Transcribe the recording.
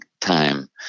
time